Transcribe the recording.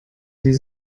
sie